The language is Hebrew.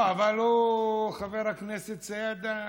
לא, אבל חבר הכנסת סידה